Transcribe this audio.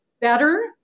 better